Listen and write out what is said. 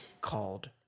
called